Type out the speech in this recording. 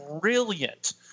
brilliant